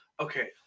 Okay